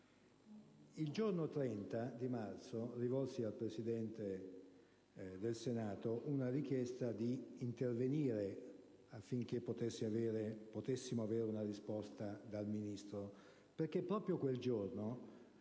Il giorno 30 marzo rivolsi al Presidente del Senato una richiesta di intervenire affinché potessimo avere una risposta dal Ministro, perché proprio quel giorno,